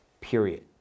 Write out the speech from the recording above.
period